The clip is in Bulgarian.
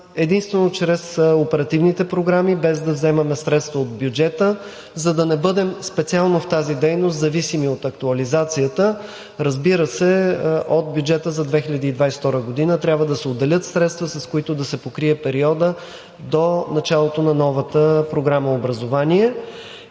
единствено чрез оперативните програми, без да вземаме средства от бюджета, за да не бъдем специално в тази дейност зависими от актуализацията. Разбира се, от бюджета за 2022 г. трябва да се отделят средства, с които да се покрие периодът до началото на новата Програма „Образование“.